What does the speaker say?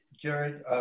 Jared